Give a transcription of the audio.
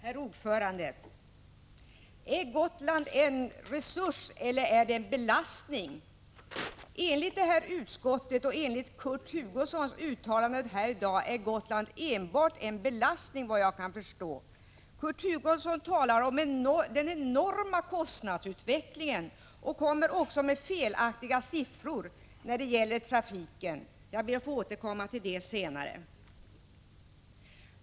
Herr talman! Är Gotland en resurs eller en belastning? Enligt trafikutskottet och Kurt Hugossons uttalanden här i dag är Gotland enbart en belastning, efter vad jag kan förstå. Kurt Hugosson talade om den enorma kostnadsutvecklingen och kom också med felaktiga siffror när det gäller trafiken. Jag ber att få återkomma till detta senare.